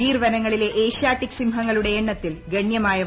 gear വനങ്ങളിലെ Asiatic സിംഹങ്ങളുടെ എണ്ണത്തിൽ ഗണ്യമായ വർദ്ധന